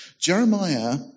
Jeremiah